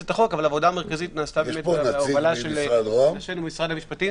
אץ החוק אבל עבודה מרכזית נעשתה בהובלה של משרד המשפטים.